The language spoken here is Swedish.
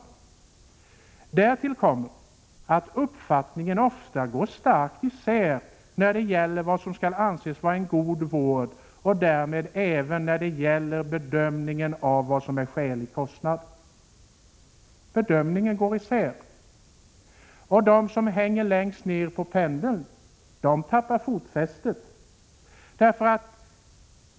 ”Därtill kommer att uppfattningarna ofta kan gå starkt isär när det gäller vad som skall anses vara en god vård och därmed även när det gäller bedömningen av vad som är skälig kostnad.” Bedömningarna går isär, och de som hänger längst ner på pendeln tappar fotfästet.